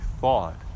thought